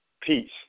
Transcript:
peace